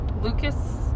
Lucas